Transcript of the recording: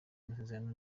amasezerano